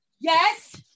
Yes